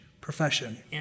profession